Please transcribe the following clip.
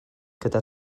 gyda